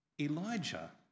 Elijah